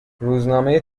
روزنامه